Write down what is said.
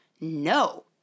No